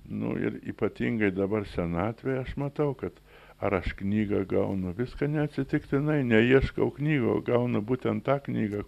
nu ir ypatingai dabar senatvėje aš matau kad ar aš knygą gaunu viską neatsitiktinai neieškau knygų o gaunu būtent tą knygą